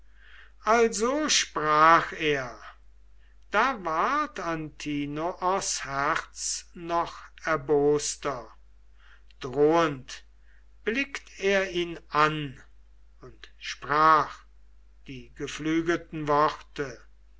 also sprach er da ward antinoos herz noch erboster drohend blickt er ihn an und sprach die geflügelten worte